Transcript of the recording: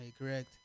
correct